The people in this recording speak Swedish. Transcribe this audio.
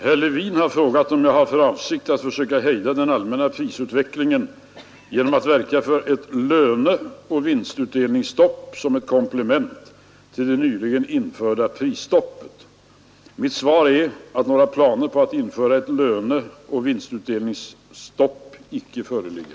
Herr talman! Herr Levin har frågat om jag har för avsikt att försöka hejda den allmänna prisutvecklingen genom att verka för ett löneoch vinstutdelningsstopp såsom ett komplement till det nyligen införda prisstoppet. Mitt svar är att några planer på att införa ett löneoch vinstutdelningsstopp inte föreligger.